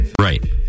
Right